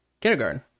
kindergarten